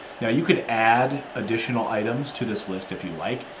now, you could add additional items to this list if you like.